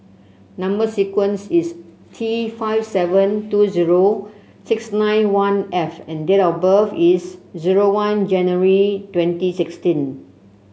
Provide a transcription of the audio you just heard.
number sequence is T five seven two zero six nine one F and date of birth is zero one January twenty sixteen